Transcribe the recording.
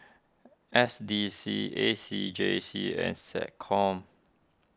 S D C A C J C and SecCom